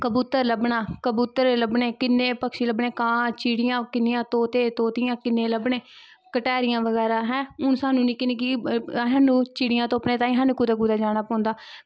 कबूतर लब्भना किन्नें पक्षी लब्भनें कां चिड़ियां किन्ने तोते तोतियां किन्ने लब्भने गटैरियां बगैरा हून स्हानू निक्की निक्की चिड़ियां तुप्पने तांई स्हानू कुदै कुदै जाना पौंदा